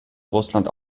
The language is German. russland